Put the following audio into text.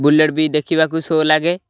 bullet ବି ଦେଖିବାକୁ show ଲାଗେ